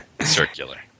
circular